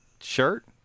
shirt